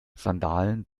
sandalen